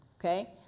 Okay